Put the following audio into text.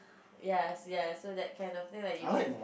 yes yes so that kind of thing lah you can